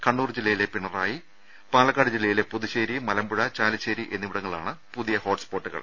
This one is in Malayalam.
കണ്ണൂർ ജില്ലയിലെ പിണറായി പാലക്കാട് ജില്ലയിലെ പുതുശ്ശേരി മലമ്പുഴ ചാലിശ്ശേരി എന്നിവിടങ്ങളാണ് പുതിയ ഹോട്ട്സ്പോട്ടുകൾ